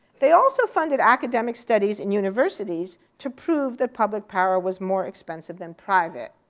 they also funded academic studies in universities to prove that public power was more expensive than private.